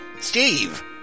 Steve